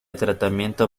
tratamiento